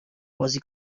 بازی